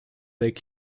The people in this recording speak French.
avec